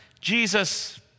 Jesus